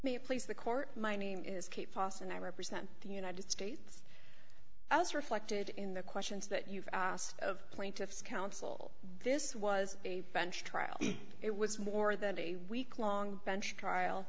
it please the court my name is kate foss and i represent the united states as reflected in the questions that you've asked of plaintiff's counsel this was a bench trial it was more than a week long bench trial